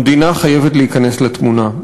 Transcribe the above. המדינה חייבת להיכנס לתמונה.